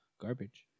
garbage